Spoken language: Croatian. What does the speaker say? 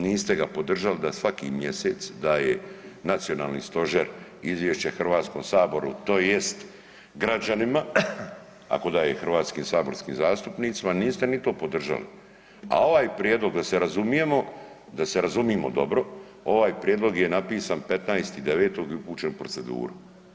Niste ga podržali da svaki mjesec daje nacionalni stožer izvješće Hrvatskom saboru tj. građanima ako daje hrvatskim saborskim zastupnicima, niste ni to podržali, a ovaj prijedlog da se razumijemo, da se razumiemo dobro, ovaj prijedlog je napisan 15.9. i upućen je u proceduru.